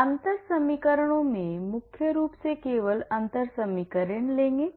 अंतर समीकरणों में मुख्य रूप से केवल अंतर समीकरण हैं